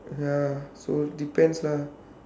ya so depends lah